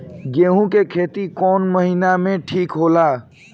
गेहूं के खेती कौन महीना में ठीक होला?